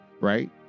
right